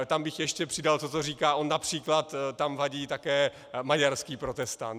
Tam bych ještě přidal to, co říká on: například tam vadí také maďarský protestant.